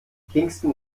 kingston